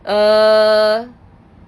err